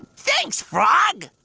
thanks, frog!